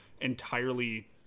entirely